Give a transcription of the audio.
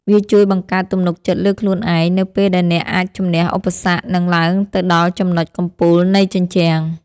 វាជួយបង្កើតទំនុកចិត្តលើខ្លួនឯង នៅពេលដែលអ្នកអាចជម្នះឧបសគ្គ និងឡើងទៅដល់ចំណុចកំពូលនៃជញ្ជាំង។